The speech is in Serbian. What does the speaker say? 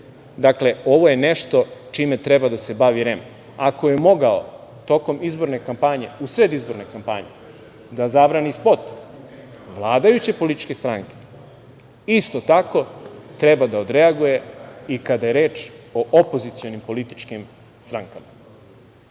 Dakle, ovo je nešto čime treba da se bavi REM. Ako je mogao tokom izborne kampanje, u sred izborne kampanje da zabrani spot vladajuće političke stranke, isto tako treba da odreaguje i kada je reč o opozicionim političkim strankama. Još